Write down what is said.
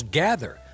gather